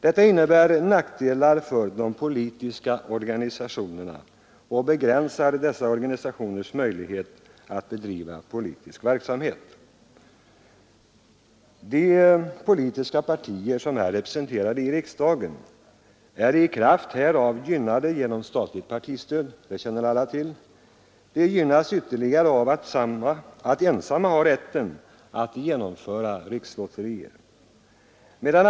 Detta innebär nackdelar för de politiska organisationerna och begränsar dessa organisationers möjligheter att bedriva politisk verksamhet. De politiska partier som är representerade i riksdagen är i kraft härav gynnade genom statligt partistöd — det känner alla till. De gynnas ytterligare av att ensamma ha rätten att genomföra rikslotterier.